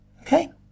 Okay